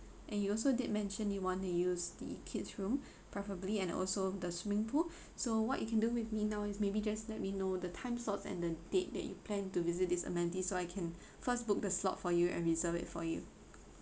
and you also did mentioned you want to use the kid's room preferably and also the swimming pool so what you can do with me now is maybe just let me know the time slots and the date that you plan to visit these amenities so I can first book the slot for you and reserve it for you